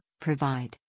provide